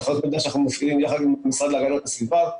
תחנות מידע שאנחנו מפעילים יחד עם המשרד להגנת הסביבה.